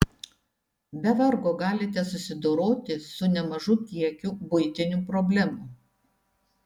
be vargo galite susidoroti su nemažu kiekiu buitinių problemų